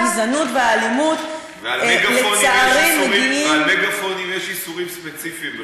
הגזענות והאלימות --- על מגאפונים יש איסורים ספציפיים בחקיקה.